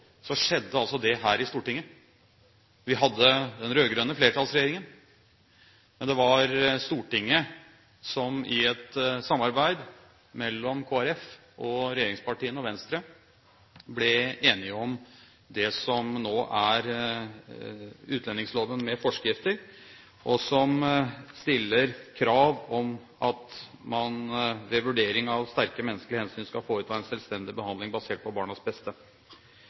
skjedde altså det her i Stortinget. Vi hadde den rød-grønne flertallsregjeringen, men det var i Stortinget, i et samarbeid mellom Kristelig Folkeparti, regjeringspartiene og Venstre, man ble enig om det som nå er utlendingsloven med forskrifter, og som stiller krav om at man ved vurdering av sterke menneskelige hensyn skal foreta en selvstendig behandling basert på barnas beste.